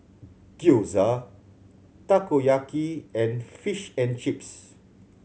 Gyoza Takoyaki and Fish and Chips